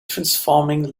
transforming